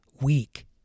weak